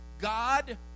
God